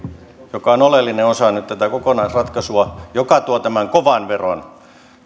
joka on nyt oleellinen osa tätä kokonaisratkaisua ja joka tuo tämän kovan veron